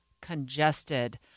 congested